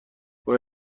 وای